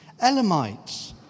Elamites